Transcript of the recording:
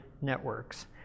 networks